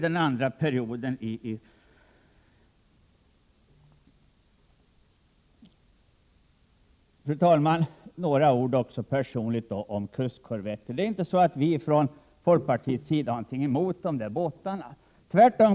Herr talman! Några ord också om kustkorvetter. Vi från folkpartiet har ingenting emot dessa båtar, tvärtom.